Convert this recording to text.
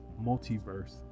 multiverse